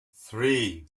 three